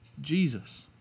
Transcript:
Jesus